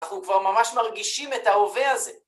אנחנו כבר ממש מרגישים את ההווה הזה.